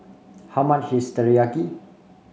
how much is Teriyaki